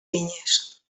vinyes